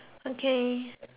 okay